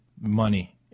money